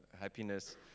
happiness